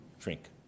drink